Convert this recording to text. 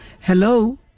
Hello